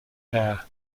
air